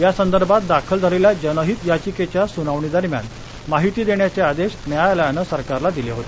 या संदर्भात दाखल झालेल्या जनहित याचिकेच्या सुनावणीदरम्यान माहिती देण्याचे आदेश न्यायालयानं सरकारला दिले होते